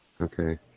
Okay